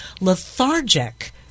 lethargic